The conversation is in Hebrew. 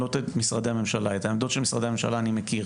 אני מכיר